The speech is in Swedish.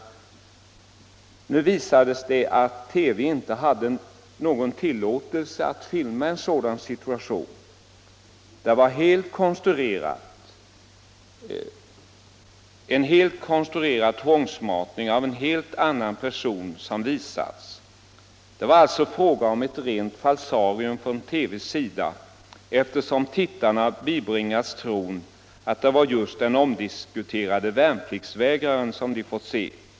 Det blev emellertid klarlagt Tisdagen den att TV inte hade tillåtelse att filma en sådan situation. Det var en helt 18 november 1975 konstruerad tvångsmatning av en helt annan person som visats. Det = var alltså fråga om ett rent falsarium från TV:s sida, eftersom tittarna Om sakupplysningbibringades tron att det var just den omdiskuterade värnpliktsvägraren — ar i samband med som de fick se.